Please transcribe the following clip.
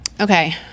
Okay